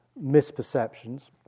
misperceptions